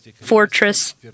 Fortress